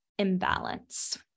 imbalance